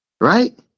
Right